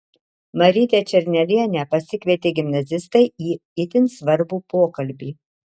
marytę černelienę pasikvietė gimnazistai į itin svarbų pokalbį